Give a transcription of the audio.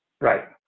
Right